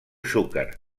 xúquer